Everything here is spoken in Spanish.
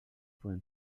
pueden